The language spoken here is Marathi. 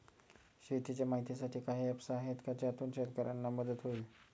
शेतीचे माहितीसाठी काही ऍप्स आहेत का ज्यातून शेतकऱ्यांना मदत होईल?